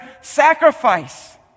sacrifice